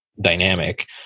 dynamic